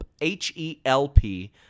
H-E-L-P